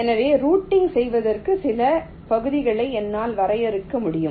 எனவே ரூட்டிங் செய்வதற்கு சில பகுதிகளை என்னால் வரையறுக்க முடியும்